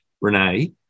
Renee